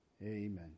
Amen